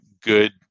good